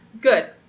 Good